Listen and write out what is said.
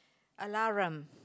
allowance